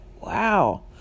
wow